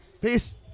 Peace